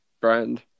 brand